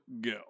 go